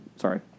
Sorry